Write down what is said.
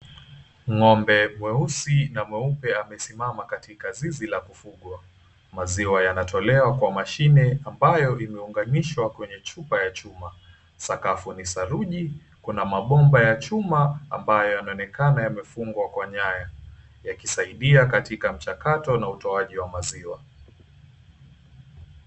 Ng'ombe mweusi na mweupe amesimama katika zizi la kufugwa. Maziwa yanatolewa kwa mashine ambayo imeunganishwa kwenye chupa ya chuma. Sakafu ni saruji kunaamba ya chuma ambayo yanaonekana yamefungwa kwa nyaya yakisaidia katika mchakato na utoaji wa maziwa.